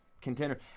contender